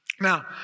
Now